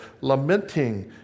Lamenting